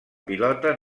pilota